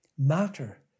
matter